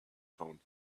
phone